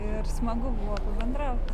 ir smagu buvo pabendraut